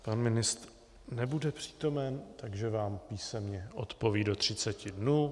Pan ministr nebude přítomen, takže vám písemně odpoví do 30 dnů.